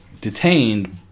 detained